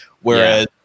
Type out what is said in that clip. Whereas